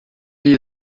wie